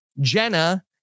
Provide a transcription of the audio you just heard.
Jenna